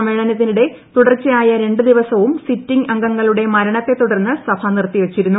സമ്മേളനത്തിനിടെ തുടർച്ചയായ രണ്ട് ദിവസവും സിറ്റിംഗ് അംഗങ്ങളുടെ മരണത്തെ തുടർന്ന് സഭ നിർത്തിവെച്ചിരുന്നു